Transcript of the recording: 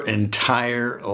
entire